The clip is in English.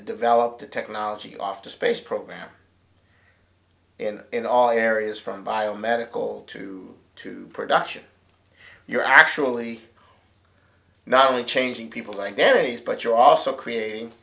develop the technology off the space program in all areas from biomedical to to production you're actually not only changing people's identities but you're also creating